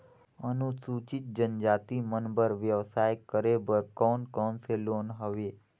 अनुसूचित जनजाति मन बर व्यवसाय करे बर कौन कौन से लोन हवे?